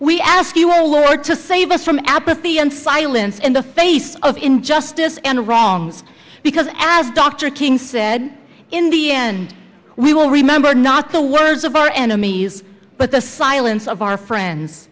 we ask you a lawyer to save us from apathy and silence in the face of injustice and wrongs because as dr king said in the end we will remember not the words of our enemies but the silence of our friends